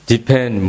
Depend